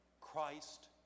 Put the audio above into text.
Christ